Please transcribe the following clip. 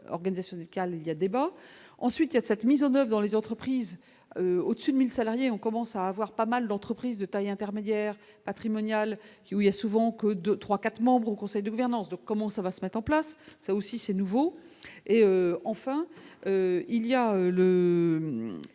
organisationnel calme il y a débat, ensuite il y a cette mise en 9 dans les entreprises au-dessus de 1000 salariés, on commence à avoir pas mal d'entreprises de taille intermédiaire patrimonial, où il y a souvent que 2, 3, 4 membres au conseil de gouvernance de comment ça va se mettent en place, ça aussi c'est nouveau et enfin. Il y a le